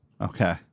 Okay